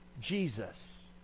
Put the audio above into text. Jesus